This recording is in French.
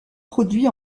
produits